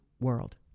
world